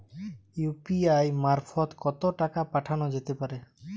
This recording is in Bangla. ইউ.পি.আই মারফত কত টাকা পাঠানো যেতে পারে?